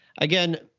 Again